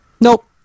Nope